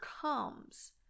comes